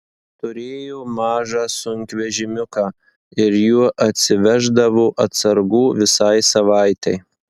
turėjo mažą sunkvežimiuką ir juo atsiveždavo atsargų visai savaitei